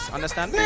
Understand